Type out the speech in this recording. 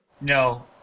No